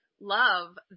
love